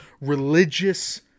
religious